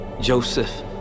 Joseph